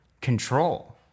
control